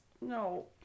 No